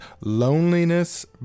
loneliness